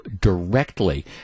directly